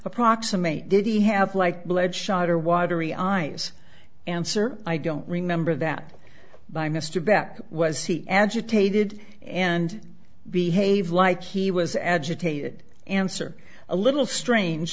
approximate did he have like blood shot or watery eyes answer i don't remember that by mr beck was he agitated and behave like he was agitated answer a little strange